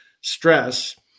stress